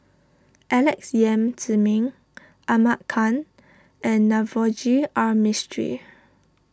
Alex Yam Ziming Ahmad Khan and Navroji R Mistri